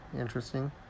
interesting